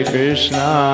Krishna